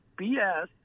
BS